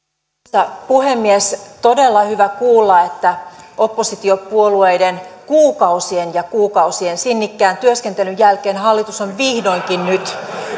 arvoisa puhemies todella hyvä kuulla että oppositiopuolueiden kuukausien ja kuukausien sinnikkään työskentelyn jälkeen hallitus on vihdoinkin nyt